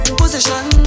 position